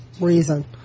reason